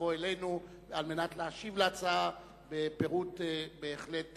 לבוא אלינו על מנת להשיב על ההצעה בפירוט בהחלט